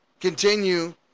continue